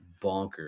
bonkers